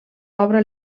obra